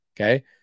okay